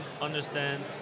understand